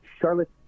Charlotte